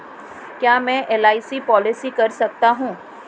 क्या मैं LIC policy कर सकता हूं?